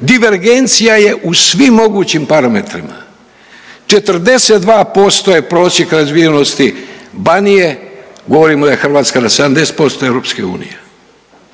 Divergencija je u svim mogućim parametrima. 42% je prosjek razvijenosti Banije, govorimo da je Hrvatska na 70% EU. 40 to je